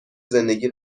زندگی